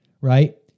right